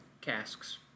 Casks